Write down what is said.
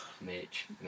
Mitch